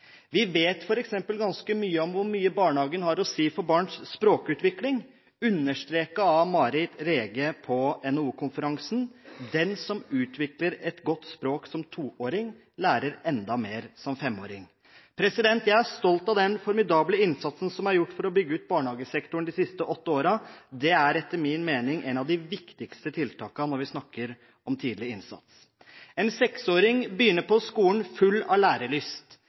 Vi vet f.eks. ganske mye om hvor mye barnehagen har å si for barns språkutvikling, understreket av Mari Rege på NHO-konferansen. Den som utvikler et godt språk som toåring, lærer enda mer som femåring. Jeg er stolt av den formidable innsatsen som er gjort for å bygge ut barnehagesektoren de siste åtte årene. Det er etter min mening et av de viktigste tiltakene når vi snakker om tidlig innsats. En seksåring begynner på skolen full av lærelyst